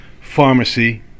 pharmacy